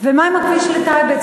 ומה עם הכביש לטייבה?